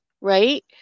Right